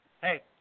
hey